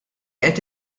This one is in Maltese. qed